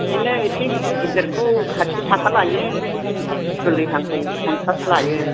बिदिनो इसे गिदिरखौ साथि थाखा लायो एसे गोरलैहांखै पन्सास लायो